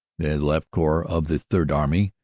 the left corps of the third army,